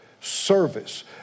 service